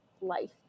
life